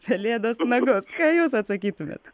pelėdos nagus ką jūs atsakytumėt